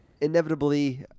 inevitably